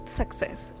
success